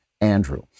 Andrew